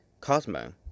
Cosmo